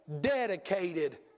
dedicated